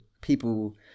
People